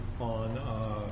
on